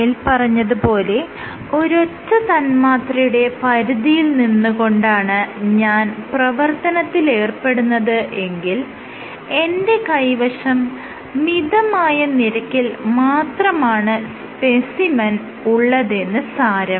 മേല്പറഞ്ഞത് പോലെ ഒരൊറ്റ തന്മാത്രയുടെ പരിധിയിൽ നിന്ന് കൊണ്ടാണ് ഞാൻ പ്രവർത്തനത്തിലേർപ്പെടുന്നത് എങ്കിൽ എന്റെ കൈവശം മിതമായ നിരക്കിൽ മാത്രമാണ് സ്പെസിമെൻ ഉള്ളതെന്ന് സാരം